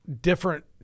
different